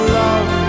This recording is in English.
love